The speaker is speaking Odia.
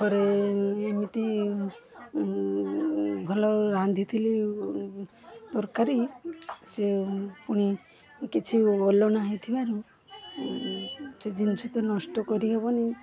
ଥରେ ଏମିତି ଭଲ ରାନ୍ଧିଥିଲି ତରକାରୀ ସେ ପୁଣି କିଛି ଅଲଣା ହେଇଥିବାରୁ ସେ ଜିନିଷ ତ ନଷ୍ଟ କରିହେବନି